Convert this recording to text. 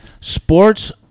Sports